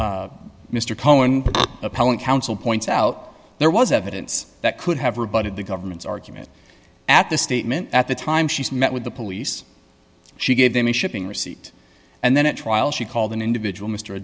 cohen appellant counsel points out there was evidence that could have rebutted the government's argument at the statement at the time she's met with the police she gave them a shipping receipt and then at trial she called an individual mr a